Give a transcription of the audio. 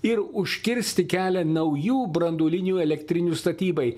ir užkirsti kelią naujų branduolinių elektrinių statybai